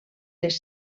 les